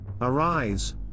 Arise